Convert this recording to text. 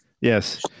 Yes